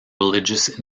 religious